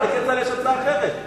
לכצל'ה יש הצעה אחרת.